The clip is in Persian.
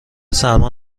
سرما